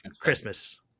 Christmas